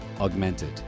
Augmented